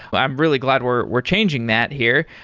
i'm really glad we're we're changing that here.